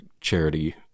charity